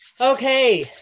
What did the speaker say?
Okay